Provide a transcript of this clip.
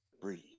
breathe